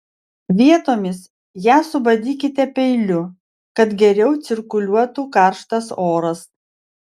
vietomis ją subadykite peiliu kad geriau cirkuliuotų karštas oras